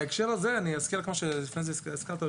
בהקשר הזה אני אזכיר מה שהזכרת לפני כן,